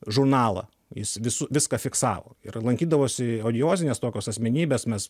žurnalą jis visu viską fiksavo ir lankydavosi odiozinės tokios asmenybės mes